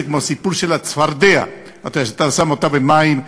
זה כמו הסיפור על הצפרדע שאתה שם במים,